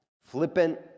flippant